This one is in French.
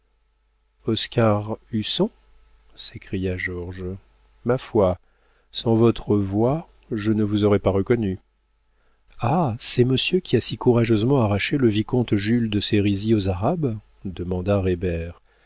husson s'écria georges ma foi sans votre voix je ne vous aurais pas reconnu ah c'est monsieur qui a si courageusement arraché le vicomte jules de sérisy aux arabes demanda